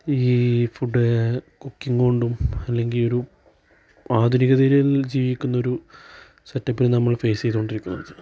ഈ food cooking കൊണ്ടും അല്ലെങ്കിൽ ഒരു ആധുനികതയിൽ ജീവിക്കുന്ന ഒരു സെറ്റപ്പിൽ നമ്മള് ഫേസ് ചെയ്ത് കൊണ്ടിരിക്കുന്നത്